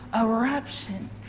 eruption